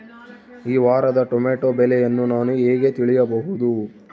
ಈ ವಾರದ ಟೊಮೆಟೊ ಬೆಲೆಯನ್ನು ನಾನು ಹೇಗೆ ತಿಳಿಯಬಹುದು?